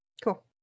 Cool